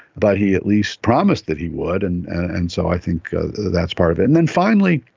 but he at least promised that he would, and and so i think that's part of it. and then finally,